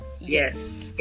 yes